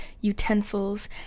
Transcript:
utensils